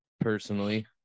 personally